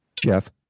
Jeff